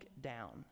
down